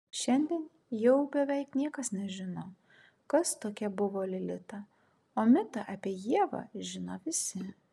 šiandien jau beveik niekas nežino kas tokia buvo lilita o mitą apie ievą žino visi